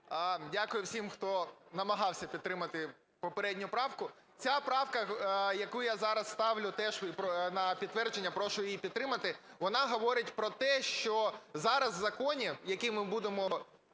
Дякую всім, хто намагався підтримати попередню правку. Ця правка, яку я зараз ставлю теж на підтвердження, прошу її підтримати, вона говорить про те, що зараз в законі, який ми будемо